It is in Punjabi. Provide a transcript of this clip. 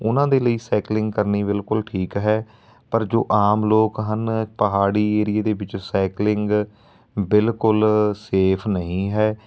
ਉਹਨਾਂ ਦੇ ਲਈ ਸਾਈਕਲਿੰਗ ਕਰਨੀ ਬਿਲਕੁਲ ਠੀਕ ਹੈ ਪਰ ਜੋ ਆਮ ਲੋਕ ਹਨ ਪਹਾੜੀ ਏਰੀਏ ਦੇ ਵਿੱਚ ਸਾਈਕਲਿੰਗ ਬਿਲਕੁਲ ਸੇਫ ਨਹੀਂ ਹੈ